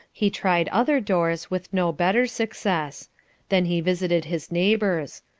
he tried other doors with no better success then he visited his neighbours.